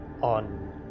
on